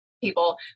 people